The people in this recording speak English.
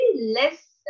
less